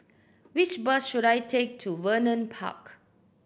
which bus should I take to Vernon Park